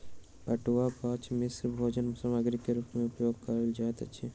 पटुआक गाछ मिस्र में भोजन सामग्री के रूप में उपयोग कयल जाइत छल